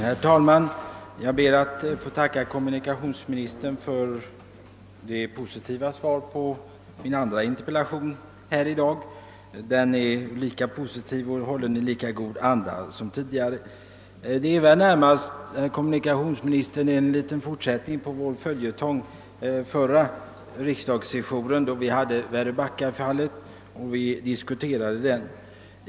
Herr talman! Jag ber att få tacka kommunikationsministern för det positiva svaret på min andra interpellation på dagens föredragningslista. Svaret är hållet i samma positiva och goda anda som det tidigare. Detta är väl närmast, herr kommunikationsminister, en fortsättning på följetongen från föregående session, då vi diskuterade väröbackafallet.